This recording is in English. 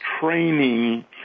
training